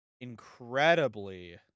incredibly